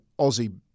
aussie